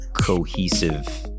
cohesive